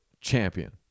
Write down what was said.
champion